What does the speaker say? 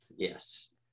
Yes